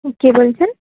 হুঁ কে বলছেন